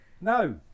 No